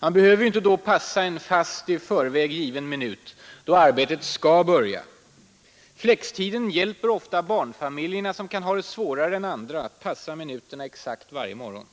Man behöver ju inte då passa en fast, i förväg given minut då arbetet skall börja. Flextiden hjälper ofta barnfamiljerna, som kan ha svårare än andra att passa minuterna exakt varje morgon.